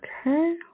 okay